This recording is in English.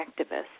activists